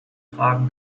tragen